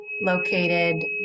located